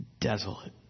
desolate